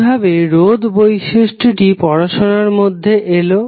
কিভাবে রোধ বৈশিষ্টটি পড়াশোনার মধ্যে এলো